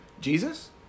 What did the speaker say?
Jesus